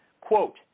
quote